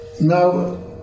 Now